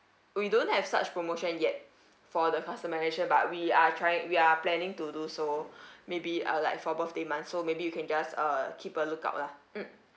we don't have such promotion yet for the customisation but we are trying we are planning to do so maybe uh like for birthday month so maybe you can just uh keep a lookout lah mm